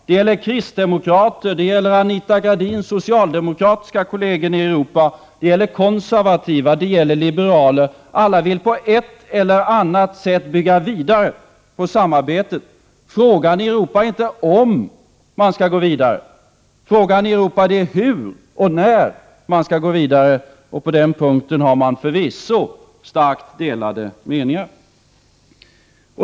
Det gäller kristdemokrater. Det gäller Anita Gradins socialdemokratiska kolleger i Europa. Det gäller konservativa. Det gäller liberaler. Alla vill på ett eller annat sätt bygga vidare på samarbetet. Frågan i Europa är inte om, utan hur och när man skall gå vidare. På den punkten har man förvisso starkt delade meningar.